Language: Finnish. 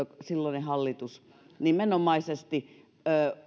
silloinen hallitus nimenomaisesti